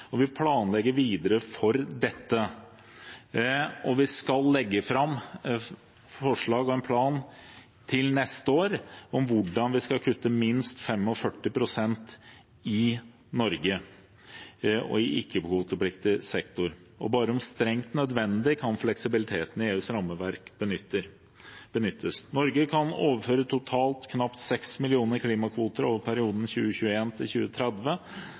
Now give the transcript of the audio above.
og vi planlegger videre for dette. Vi skal legge fram forslag og en plan til neste år om hvordan vi skal kutte minst 45 pst. i Norge i ikke-kvotepliktig sektor. Bare om strengt nødvendig kan fleksibiliteten i EUs rammeverk benyttes. Norge kan overføre totalt knapt 6 millioner klimakvoter over perioden